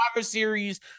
Series